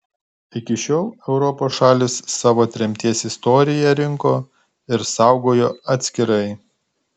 iki šiol europos šalys savo tremties istoriją rinko ir saugojo atskirai